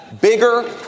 bigger